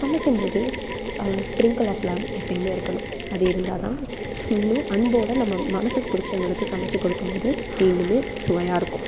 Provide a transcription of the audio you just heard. சமைக்கும் போது ஸ்ப்ரிங்கலாஃப் லாம் எப்பவுமே இருக்கணும் அது இருந்தால் தான் இன்னும் அன்போட நம்ம மனசுக்கு பிடிச்சவங்களுக்கு சமைச்சு கொடுக்கம் போது இன்னுமே சுவையாக இருக்கும்